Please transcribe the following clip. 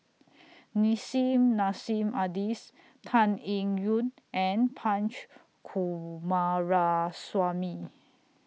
Nissim Nassim Adis Tan Eng Yoon and Punch Coomaraswamy